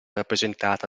rappresentata